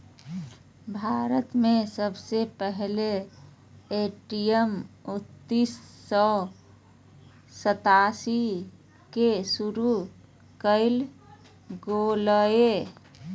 भारत में सबसे पहले ए.टी.एम उन्नीस सौ सतासी के शुरू कइल गेलय